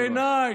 בעיניי,